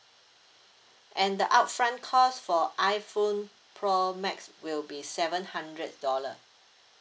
and the upfront cost for iphone pro max will be seven hundred dollar